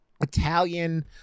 Italian